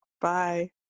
Bye